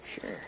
Sure